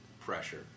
pressure